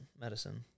Medicine